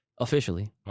officially